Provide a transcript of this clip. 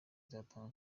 izatanga